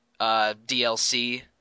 DLC